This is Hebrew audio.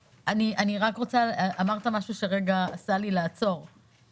אמרת משהו שגרם לי לבקש לעצור לרגע.